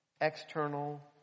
external